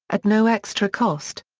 at no extra cost.